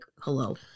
hello